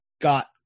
got